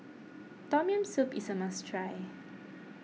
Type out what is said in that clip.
Tom Yam Soup is a must try